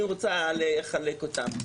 אני רוצה לחלק אותם.